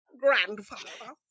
grandfather